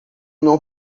não